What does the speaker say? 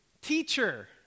Teacher